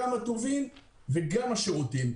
גם הטובין וגם השירותים.